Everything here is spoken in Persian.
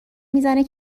میزنه